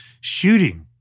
shooting